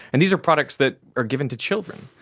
and these are products that are given to children.